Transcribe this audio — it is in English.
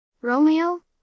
Romeo